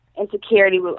insecurity